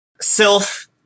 Sylph